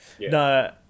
No